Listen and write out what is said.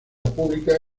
pública